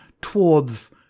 Towards